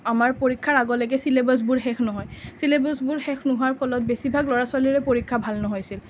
আমাৰ পৰীক্ষাৰ আগলৈকে ছিলেবাছবোৰ শেষ নহয় ছিলেবাছবোৰ শেষ নোহোৱাৰ ফলত বেছিভাগ ল'ৰা ছোৱালীৰে পৰীক্ষা ভাল নহৈছিল